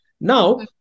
now